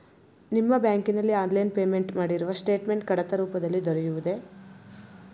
ನಿಮ್ಮ ಬ್ಯಾಂಕಿನಲ್ಲಿ online payment ಮಾಡಿರುವ ಸ್ಟೇಟ್ಮೆಂಟ್ ಕಡತ ರೂಪದಲ್ಲಿ ದೊರೆಯುವುದೇ?